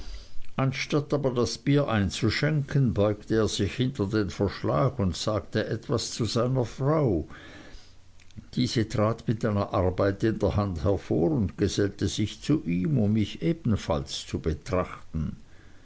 anstatt aber das bier einzuschenken beugte er sich hinter den verschlag und sagte etwas zu seiner frau diese trat mit einer arbeit in der hand hervor und gesellte sich zu ihm um mich ebenfalls zu betrachten